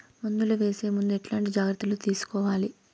మందులు వేసే ముందు ఎట్లాంటి జాగ్రత్తలు తీసుకోవాలి?